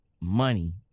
money